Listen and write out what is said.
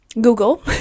google